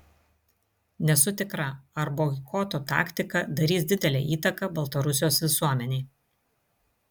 nesu tikra ar boikoto taktika darys didelę įtaką baltarusijos visuomenei